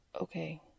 Okay